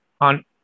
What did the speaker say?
on